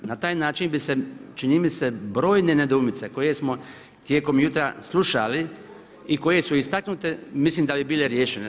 Na taj način bi se čini mi se brojne nedoumice koje smo tijekom jutra slušali i koje su istaknute, mislim da bi bile riješene.